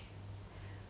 ya